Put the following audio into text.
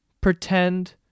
pretend